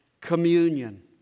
communion